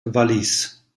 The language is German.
wallis